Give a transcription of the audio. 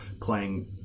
playing